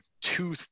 two